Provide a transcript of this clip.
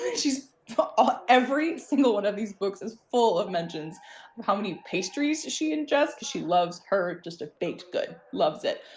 and she's ah every single one of these books is full of mentions how many pastries she ingest. but she loves her just a baked good, loves it.